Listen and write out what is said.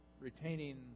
retaining